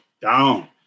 down